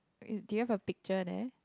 d~ do you have a picture there